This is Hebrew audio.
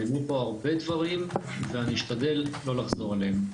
נאמרו פה הרבה דברים ואני אשתדל לא לחזור עליהם.